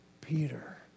Peter